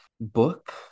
book